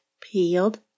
peeled